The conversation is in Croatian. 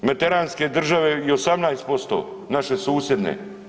Mediteranske države i 18%, naše susjedne.